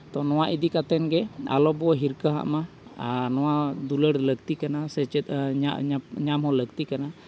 ᱛᱚ ᱱᱚᱣᱟ ᱤᱫᱤ ᱠᱟᱛᱮᱫ ᱜᱮ ᱟᱞᱚ ᱵᱚ ᱦᱤᱨᱠᱟᱹ ᱦᱟᱜ ᱢᱟ ᱟᱨ ᱱᱚᱣᱟ ᱫᱩᱞᱟᱹᱲ ᱞᱟᱹᱠᱛᱤ ᱠᱟᱱᱟ ᱥᱮ ᱪᱮᱫ ᱧᱟᱢ ᱦᱚᱸ ᱞᱟᱹᱠᱛᱤ ᱠᱟᱱᱟ